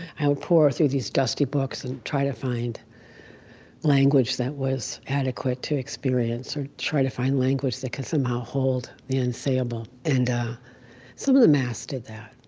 i would pour through these dusty books and try to find language that was adequate to experience, or try to find language that could somehow hold the unsayable. and some of the mass did that.